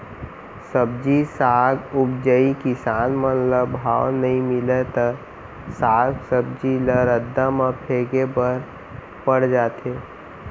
सब्जी साग उपजइया किसान मन ल भाव नइ मिलय त साग सब्जी ल रद्दा म फेंके बर पर जाथे